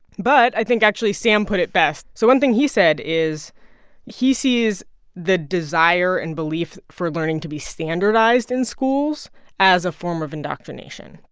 but i think, actually, sam put it best. so one thing he said is he sees the desire and belief for learning to be standardized in schools as a form of indoctrination.